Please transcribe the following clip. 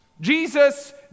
Jesus